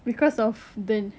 because of the